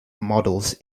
models